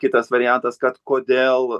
kitas variantas kad kodėl